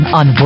on